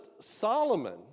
Solomon